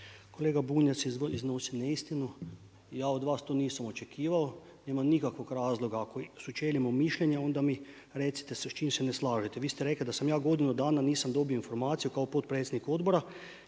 kolega Bunjac ne iznos neistinu, ja od vas to nisam očekivao. Nema nikakvog razloga ako sučelimo mišljenje onda mi recite s čim se ne slažete. Vi ste rekli da ja godinu dana nisam dobio informaciju kao potpredsjednik odbora,